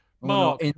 Mark